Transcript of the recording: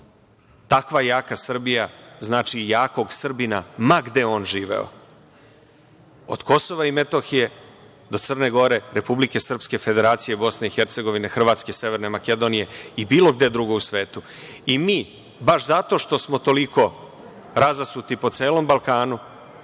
takva jaka Srbija znači i jakog Srbina, ma gde on živeo, od Kosova i Metohije do Crne Gore, Republike Srpske, Federacije BiH, Hrvatske, Severne Makedonije i bilo gde drugo u svetu. Mi baš zato što smo toliko razasuti po celom Balkanu,